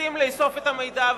כשמנסים לאסוף את המידע,